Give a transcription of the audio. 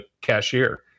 cashier